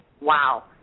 wow